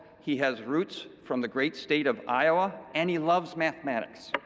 he has roots from the great state of iowa and he loves mathematics.